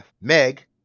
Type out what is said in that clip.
Meg